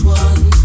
one